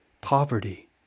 Poverty